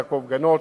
יעקב גנות,